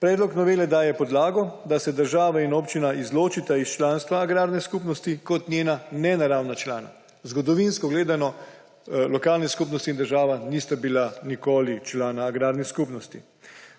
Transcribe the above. predlog novele daje podlago, da se država in občina izločita iz članstva agrarne skupnosti kot njena nenaravna člana. Zgodovinsko gledano lokalne skupnosti in država nista bila nikoli člana agrarne skupnosti.